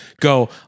go